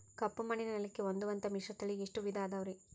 ಕಪ್ಪುಮಣ್ಣಿನ ನೆಲಕ್ಕೆ ಹೊಂದುವಂಥ ಮಿಶ್ರತಳಿ ಎಷ್ಟು ವಿಧ ಅದವರಿ?